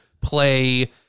play